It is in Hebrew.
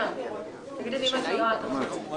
הכנסת ולגבי הישיבות הנוספות בימים ראשון וחמישי הקרובים.